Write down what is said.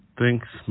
Thanks